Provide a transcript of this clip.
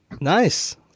Nice